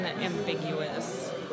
ambiguous